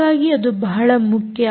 ಹಾಗಾಗಿ ಅದು ಬಹಳ ಮುಖ್ಯ